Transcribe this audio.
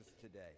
today